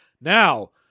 now